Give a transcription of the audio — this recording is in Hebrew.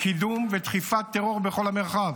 קידום ודחיפת טרור בכל המרחב.